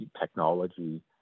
technology